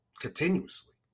continuously